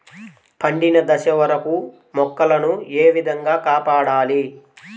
పండిన దశ వరకు మొక్కల ను ఏ విధంగా కాపాడాలి?